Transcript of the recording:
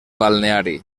balneari